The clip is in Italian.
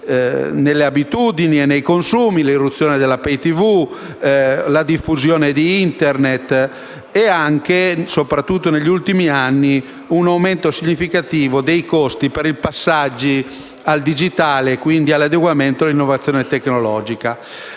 nelle abitudini e nei consumi: l'irruzione della *pay*-TV, la diffusione di Internet e anche, soprattutto negli ultimi anni, un aumento significativo dei costi per il passaggio al digitale e quindi l'adeguamento e l'innovazione tecnologica.